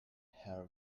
her